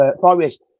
Forest